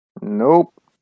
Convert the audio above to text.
Nope